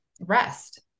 rest